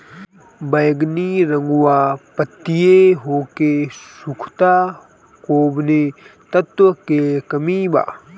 बैगरी रंगवा पतयी होके सुखता कौवने तत्व के कमी बा?